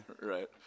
Right